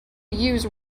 use